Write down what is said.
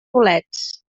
bolets